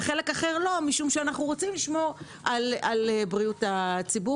וחלק אחר לא משום שאנחנו רוצים לשמור על בריאות הציבור